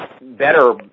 better